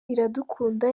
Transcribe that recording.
iradukunda